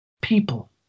people